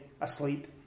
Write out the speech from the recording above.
asleep